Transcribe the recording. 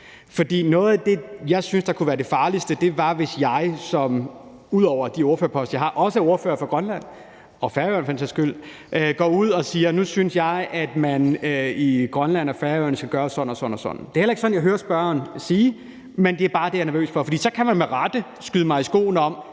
noget af det, jeg synes kunne være det farligste, var, hvis jeg ud over de ordførerposter, jeg har, som ordfører for Grønland og for den sags skyld Færøerne går ud og siger, at nu synes jeg, at man i Grønland og på Færøerne skal gøre sådan og sådan. Det er heller ikke sådan, jeg hører spørgeren sige, men det er bare det, jeg er nervøs for. For så kan man med rette skyde mig i skoene,